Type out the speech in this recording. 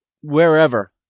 wherever